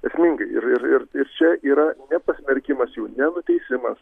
esmingai ir ir ir čia yra ne pasmerkimas jų ne nuteisimas